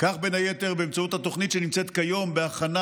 בין היתר באמצעות התוכנית שנמצאת כיום בהכנה